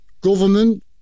Government